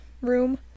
room